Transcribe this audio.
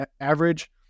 average